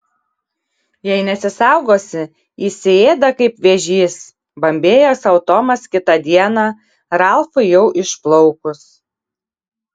jei nesisaugosi įsiėda kaip vėžys bambėjo sau tomas kitą dieną ralfui jau išplaukus